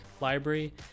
library